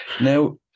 Now